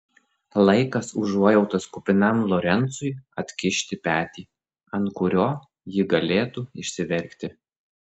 laikas užuojautos kupinam lorencui atkišti petį ant kurio ji galėtų išsiverkti